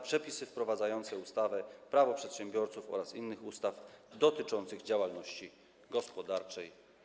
Przepisy wprowadzające ustawę Prawo przedsiębiorców oraz inne ustawy dotyczące działalności gospodarczej.